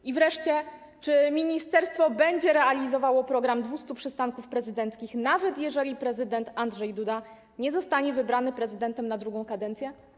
I wreszcie, czy ministerstwo będzie realizowało program 200 przystanków prezydenckich, nawet jeżeli prezydent Andrzej Duda nie zostanie wybrany na prezydenta na drugą kadencję?